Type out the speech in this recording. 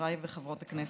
חבריי וחברות הכנסת,